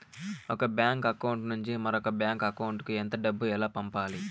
ఒక bank account నుంచి మరొక బ్యాంకు అకౌంట్ కు ఎంత డబ్బు ఎలా పంపాలి